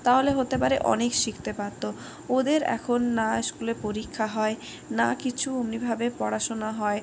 তাহলে হতে পারে অনেক শিখতে পারত ওদের এখন না স্কুলে পরীক্ষা হয় না কিছু ওমনিভাবে পড়াশোনা হয়